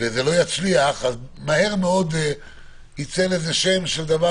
וזה לא יצליח אז מהר מאוד ייצא לזה שם של דבר